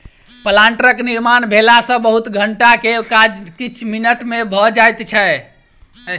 प्लांटरक निर्माण भेला सॅ बहुत घंटा के काज किछ मिनट मे भ जाइत छै